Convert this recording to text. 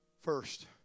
first